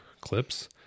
clips